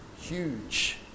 huge